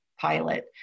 pilot